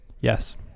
yes